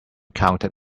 counted